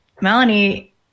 Melanie